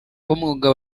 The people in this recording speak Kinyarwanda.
b’umwuga